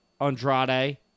Andrade